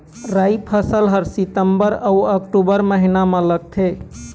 राई फसल हा सितंबर अऊ अक्टूबर महीना मा लगथे